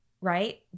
right